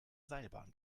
seilbahn